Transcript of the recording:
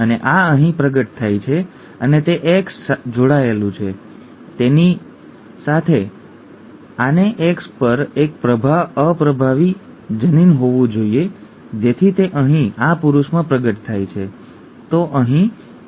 અને આ અહીં પ્રગટ થાય છે અને તે X જોડાયેલું છે તેથી આને X પર એક અપ્રભાવી જનીન હોવું જોઈએ જેથી તે અહીં આ પુરુષમાં પ્રગટ થાય ઠીક છે